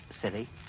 city